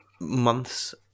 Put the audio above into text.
months